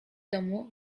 domu